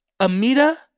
Amida